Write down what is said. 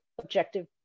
objective